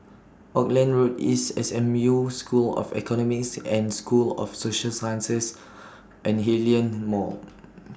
Auckland Road East S M U School of Economics and School of Social Sciences and Hillion Mall